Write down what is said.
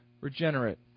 regenerate